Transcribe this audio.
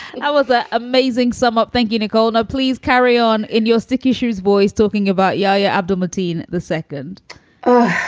and i was that amazing somewhat. thank you, nicole. no, please carry on in idiotic issues. voice talking about yo yo, abdul mateen the second oh,